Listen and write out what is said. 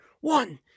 One